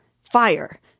Fire